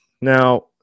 Now